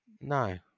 No